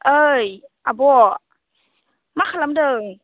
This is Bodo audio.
ओइ आब' मा खालामदों